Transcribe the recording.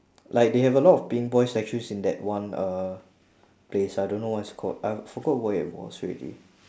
like they have a lot of peeing boy statues in that one uh place I don't know what is it called I forgot where it was already